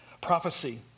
Prophecy